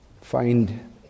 find